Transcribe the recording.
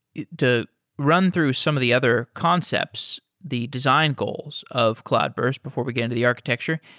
to run through some of the other concepts, the design goals of cloudburst before we get into the architecture.